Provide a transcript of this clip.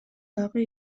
дагы